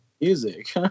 music